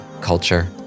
culture